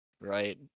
right